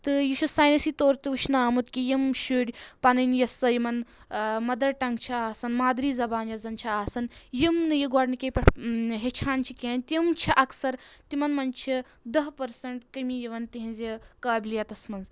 تہٕ یہِ چھُ سایِٚنَسی طَور تہِ وٕچھنہٕ آمُت کہِ یِم شُرۍ پَنٕنۍ یۄس سۄ یِمَن مَدَر ٹنٛگ چھِ آسَان مادٕری زبان یۄس زَن چھِ آسَان یِم نہٕ یہِ گۄڈنِکے پؠٹھ ہیٚچھان چھِ کینٛہہ تِم چھِ اَکثر تِمَن منٛز چھِ دَہ پٔرسَنٛٹ کٔمی یِوان تِہنٛزِ قٲبلِیتَس منٛز